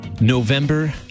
November